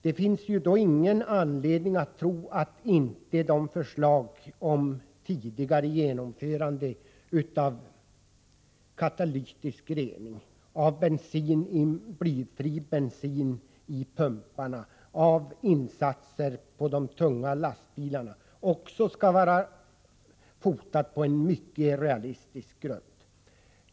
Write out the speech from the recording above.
Det finns ingen anledning att tro att inte förslagen om tidigare införande av katalytisk rening, av blyfri bensin i pumparna och av insatser beträffande de tunga lastbilarna också skall vara fotade på en mycket realistisk grund.